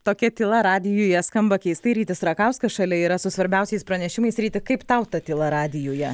tokia tyla radijuje skamba keistai rytis rakauskas šalia yra su svarbiausiais pranešimais ryti kaip tau ta tyla radijuje